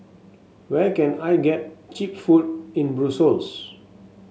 where can I get cheap food in Brussels